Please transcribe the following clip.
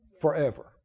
Forever